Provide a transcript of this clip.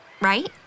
Right